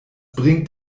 bringt